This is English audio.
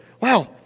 Wow